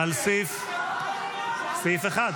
שקרנים,